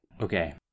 Okay